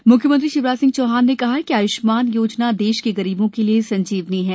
म्ख्यमंत्री शिवराज सिंह चौहान ने कहा कि आयुष्मान योजना देश के गरीबों के लिए संजीवनी है